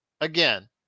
again